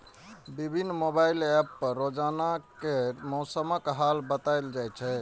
विभिन्न mobile app पर रोजाना केर मौसमक हाल बताएल जाए छै